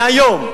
מהיום,